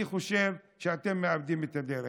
אני חושב שאתם מאבדים את הדרך.